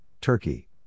Turkey